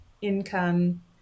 income